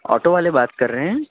auto والے بات کر رہے ہیں